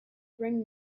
bring